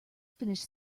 finished